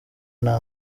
nta